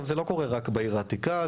זה לא קורה רק בעיר העתיקה.